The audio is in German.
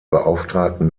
beauftragten